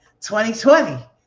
2020